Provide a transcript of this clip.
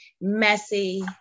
messy